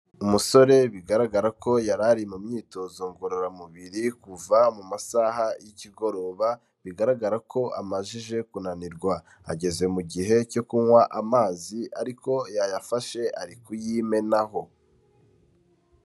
Umusore bigaragara ko yari ari mu myitozo ngororamubiri kuva mu masaha y'ikigoroba bigaragara ko amajije kunanirwa, ageze mu gihe cyo kunywa amazi ariko yayafashe ari kuyimenaho.